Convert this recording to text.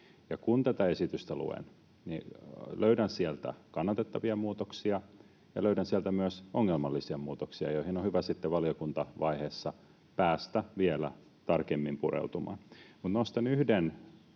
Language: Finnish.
kun tätä esitystä luen, niin löydän sieltä kannatettavia muutoksia ja löydän sieltä myös ongelmallisia muutoksia, joihin on hyvä sitten valiokuntavaiheessa päästä vielä tarkemmin pureutumaan. Nostan yhden